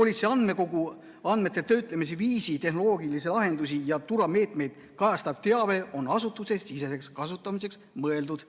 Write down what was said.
"Politsei andmekogu andmete töötlemise viisi, tehnoloogilisi lahendusi ja turvameetmeid kajastav teave on asutusesiseseks kasutamiseks mõeldud